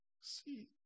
See